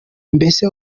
mbese